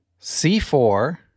c4